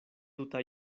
tuta